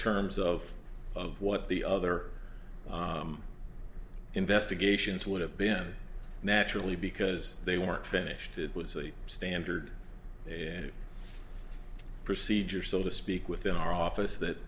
terms of what the other investigations would have been naturally because they weren't finished it was a standard here procedure so to speak within our office that